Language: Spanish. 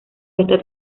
esta